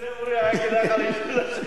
רק בשביל זה, אורי, היה כדאי לך להישאר לשבת.